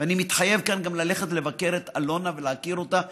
ואני מתחייב כאן גם ללכת לבקר את אלונה ולהכיר אותה מקרוב.